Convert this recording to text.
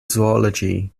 zoology